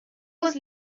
was